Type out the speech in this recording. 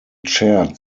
chaired